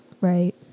right